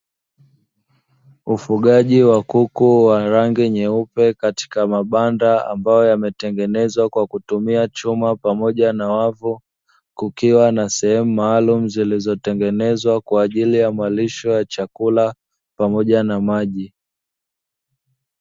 Ufugaji wa kuku wa rangi nyeupe katika mabanda ambayo yametengenezwa kwa kutumia chuma pamoja na wavu, kukiwa na sehemu maalumu zilizotengenezwa kwa ajili ya malisho ya chakula pamoja na maji.